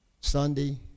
Sunday